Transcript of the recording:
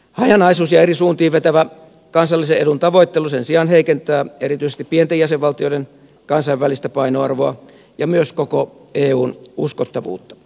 hajanaisuus ja eri suuntiin vetävä kansallisen edun tavoittelu sen sijaan heikentää erityisesti pienten jäsenvaltioiden kansainvälistä painoarvoa ja myös koko eun uskottavuutta